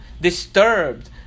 disturbed